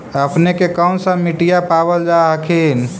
अपने के कौन सा मिट्टीया पाबल जा हखिन?